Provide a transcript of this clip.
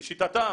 לשיטתם.